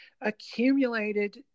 accumulated